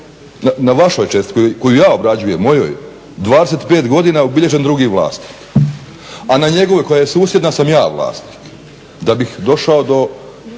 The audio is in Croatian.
na vašoj čestici koju ja obrađujem mojoj 25 godina ubilježen drugi vlasnik a na njegovoj koja je susjedna sam ja vlasnik. Da bih došao dakle